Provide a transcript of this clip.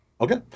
okay